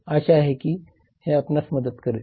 आशा आहे की हे मदत करेल